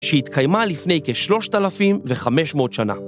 שהתקיימה לפני כשלושת אלפים וחמש מאות שנה.